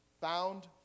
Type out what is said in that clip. found